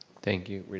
thank you, rita.